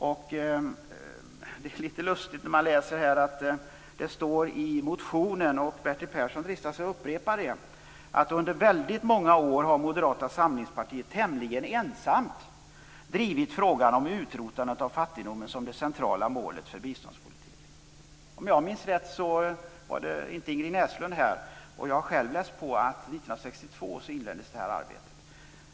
Det är litet lustigt att det står i motionen - och Bertil Persson dristar sig här till att upprepa det - att Moderata samlingspartiet under väldigt många år tämligen ensamt har drivit frågan om utrotandet av fattigdomen som det centrala målet för biståndspolitiken. Om jag minns rätt så har Ingrid Näslund och jag själv läst på att det här arbetet inleddes 1962.